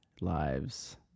lives